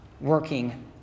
working